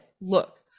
look